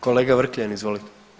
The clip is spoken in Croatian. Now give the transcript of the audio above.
Kolega Vrkljan, izvolite.